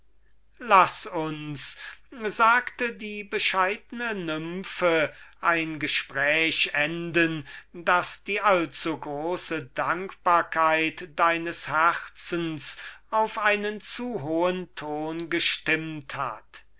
laßt uns sagte die bescheidne nymphe ein gespräch enden das die allzugroße dankbarkeit deines herzens auf einen zu hohen ton gestimmt hat